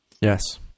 Yes